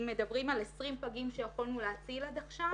אם מדברים על 20 פגים שיכולנו להציל עד עכשיו,